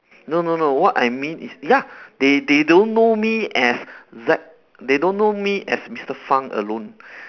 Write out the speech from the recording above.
no no no what I mean is ya they they don't know me as Z~ they don't know me as Mister Fang alone